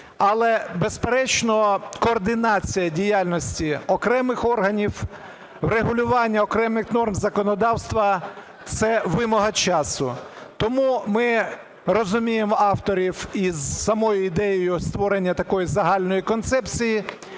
Але, безперечно, координація діяльності окремих органів, регулювання окремих норм законодавства – це вимога часу. Тому ми розуміємо авторів із самою ідеєю створення такої загальної концепції